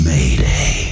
Mayday